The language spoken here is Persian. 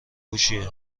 هوشیه